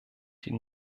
die